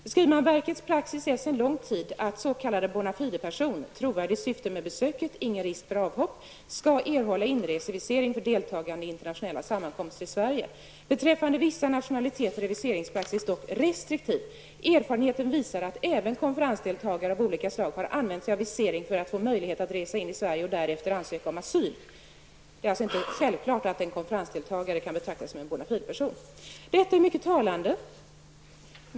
Så här säger man: ''Verkets praxis är sedan lång tid att s.k. bona fideperson ska erhålla inresevisering för deltagande i internationella sammankomster i Beträffande vissa nationaliteter är viseringspraxis dock restriktiv. Erfarenheten visar att även konferensdeltagare av olika slag har använt sig av visering för att få möjlighet att resa in i Sverige och därefter ansöka om asyl. Det är med andra ord inte självklart att en konferensdeltagare alltid kan betraktas som bona fideperson.'' Detta är mycket talande.